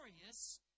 glorious